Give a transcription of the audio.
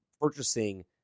purchasing